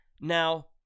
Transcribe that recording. now